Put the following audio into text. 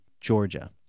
Georgia